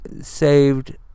saved